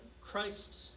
Christ